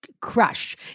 crush